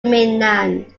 mainland